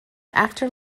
after